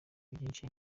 byinshi